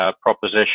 proposition